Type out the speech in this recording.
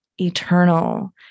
eternal